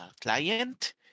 client